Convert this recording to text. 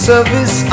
service